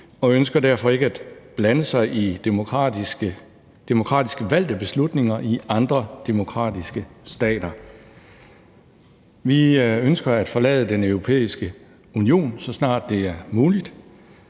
og ønsker derfor ikke at blande sig i demokratisk trufne beslutninger i andre demokratiske stater. Vi ønsker at forlade Den Europæiske Union, så snart det er muligt.